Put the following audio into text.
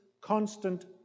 constant